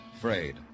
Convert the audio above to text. frayed